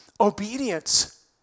obedience